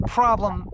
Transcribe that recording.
problem